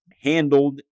handled